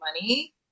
money